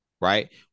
Right